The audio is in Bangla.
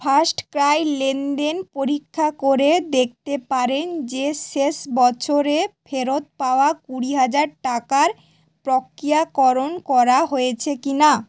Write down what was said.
ফাস্টক্রাই লেনদেন পরীক্ষা করে দেখতে পারেন যে শেষ বছরে ফেরত পাওয়া কুড়ি হাজার টাকার প্রক্রিয়াকরণ করা হয়েছে কিনা